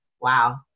wow